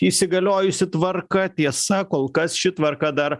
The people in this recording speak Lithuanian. įsigaliojusi tvarka tiesa kol kas ši tvarka dar